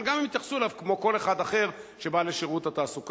אבל גם אם יתייחסו אליו כמו לכל אחד אחר שבא לשירות התעסוקה,